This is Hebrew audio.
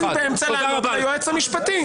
אני באמצע לענות ליועץ המשפטי.